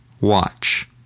watch